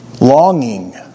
Longing